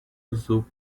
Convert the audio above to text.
azul